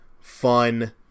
fun